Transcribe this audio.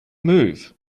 move